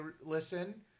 listen